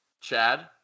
chad